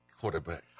quarterback